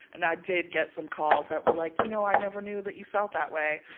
and i did get some calls that were like, you know, i never knew that you felt that way.